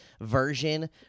version